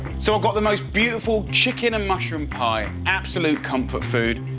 so i've got the most beautiful chicken and mushroom pie. absolute comfort food.